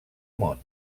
món